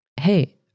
hey